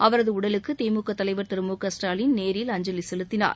அவரது உடலுக்கு திமுக தலைவர் திரு மு க ஸ்டாலின் நேரில் அஞ்சலி செலுத்தினார்